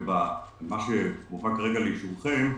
ומה שמובא כרגע לאישורכם,